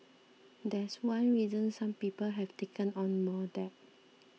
that's one reason some people have taken on more debt